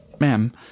Ma'am